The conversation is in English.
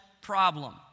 problem